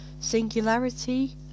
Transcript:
Singularity